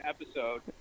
episode